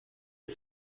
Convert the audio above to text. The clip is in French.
est